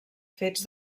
fets